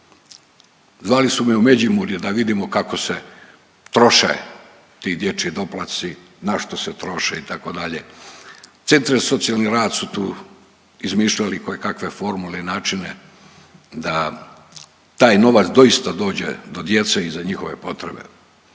Zvali su me u Međimurje da vidimo kako se troše ti dječji doplatci, na što se troše itd. Centri za socijalni rad su tu izmišljali kojekakve formule i načine da taj novac doista dođe do djece i za njihove potrebe.